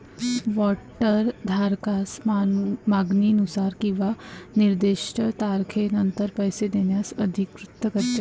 warrant धारकास मागणीनुसार किंवा निर्दिष्ट तारखेनंतर पैसे देण्यास अधिकृत करते